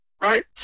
Right